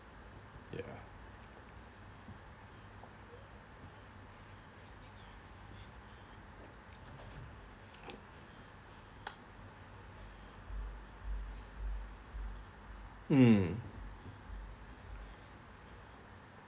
mm